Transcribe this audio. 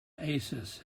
oasis